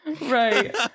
Right